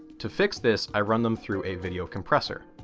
to fix this i run them through a video compressor,